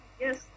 yes